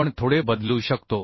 आपण थोडे बदलू शकतो